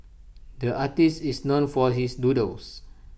the artist is known for his doodles